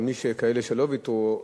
אבל יש כאלה שלא ויתרו,